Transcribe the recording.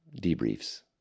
debriefs